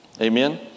Amen